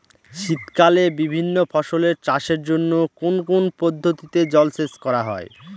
শীতকালে বিভিন্ন ফসলের চাষের জন্য কোন কোন পদ্ধতিতে জলসেচ করা হয়?